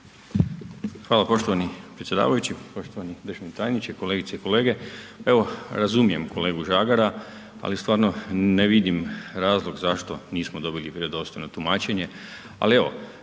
Hvala poštovani predsjedavajući. Poštovani državni tajniče, kolegice i kolege. Evo razumijem kolegu Žagara, ali stvarno ne vidim razlog zašto nismo dobili vjerodostojno tumačenje. Ali